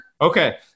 okay